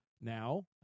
now